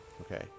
okay